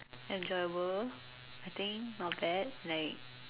enjoyable I think not bad like